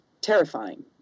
terrifying